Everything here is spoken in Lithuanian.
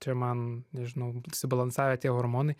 čia man nežinau išsibalansavę tie hormonai